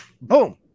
boom